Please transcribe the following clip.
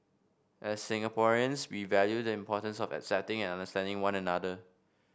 as Singaporeans we value the importance of accepting and understanding one another